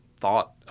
thought